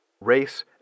race